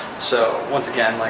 so, once again, like